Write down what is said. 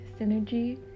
Synergy